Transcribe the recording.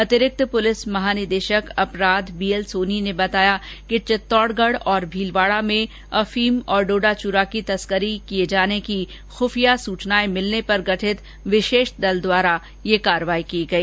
अतिरिक्त प्रलिस महानिदेशक अपराध बीएल सोनी ने बताया कि चित्तौड़गढ और भीलवाडा में अफीम और डोडाचूरा की तस्करी किये जाने की खुफिया सूचनाएं भिलने पर गठित विशेष दल द्वारा ये कार्यवाही की गई